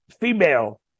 female